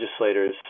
legislators